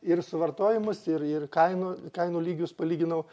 ir suvartojimus ir ir kainų kainų lygius palyginau